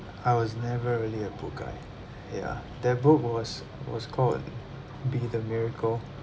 I was never really a book guy ya that book was was called be the miracle